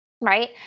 Right